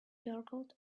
gurgled